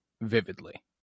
vividly